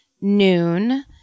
noon